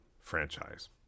franchise